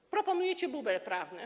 Wy proponujecie bubel prawny.